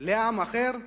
לעם אחר.